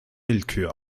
willkür